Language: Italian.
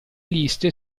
liste